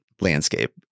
landscape